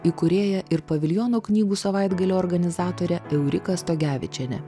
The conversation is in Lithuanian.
įkūrėja ir paviljono knygų savaitgalio organizatore eurika stogevičiene